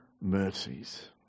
mercies